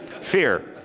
Fear